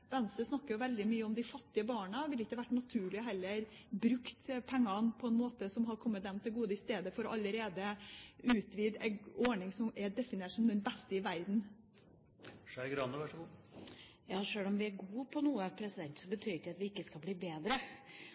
Venstre snakker veldig mye om de fattige barna. Ville det ikke heller vært naturlig å bruke pengene på en måte som hadde kommet dem til gode, i stedet for å utvide en ordning som allerede er definert som den beste i verden? Sjøl om vi er gode på noe, betyr ikke det at vi ikke skal bli bedre.